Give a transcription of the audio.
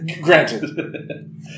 Granted